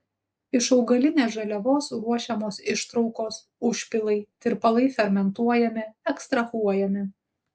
iš augalinės žaliavos ruošiamos ištraukos užpilai tirpalai fermentuojami ekstrahuojami